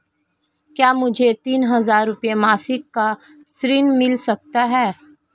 क्या मुझे तीन हज़ार रूपये मासिक का ऋण मिल सकता है?